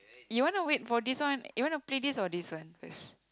you wanna wait for this one you wanna play this or this first